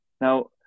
Now